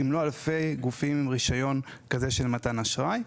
אם לא אלפי גופים עם רישיון של מתן אשראי.